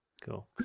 Cool